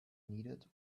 needed